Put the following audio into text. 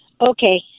Okay